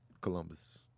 Columbus